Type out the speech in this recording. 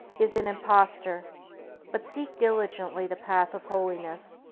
is an impostor but seek diligently the path of holiness,